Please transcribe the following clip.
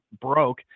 broke